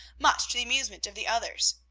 much to the amusement of the others.